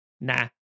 nah